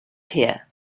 here